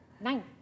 Nine